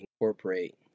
incorporate